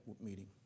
meeting